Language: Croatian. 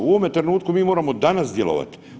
U ovome trenutku mi moramo danas djelovati.